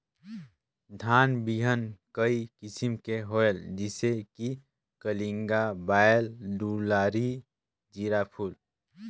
धान बिहान कई किसम के होयल जिसे कि कलिंगा, बाएल दुलारी, जीराफुल?